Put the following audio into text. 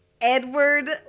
Edward